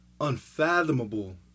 unfathomable